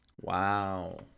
Wow